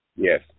Yes